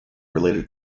related